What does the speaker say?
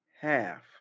half